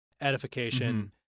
edification